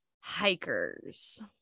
hikers